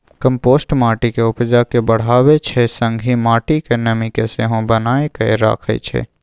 compost माटिक उपजा केँ बढ़ाबै छै संगहि माटिक नमी केँ सेहो बनाए कए राखै छै